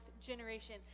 generation